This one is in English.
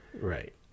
Right